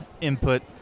input